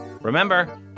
Remember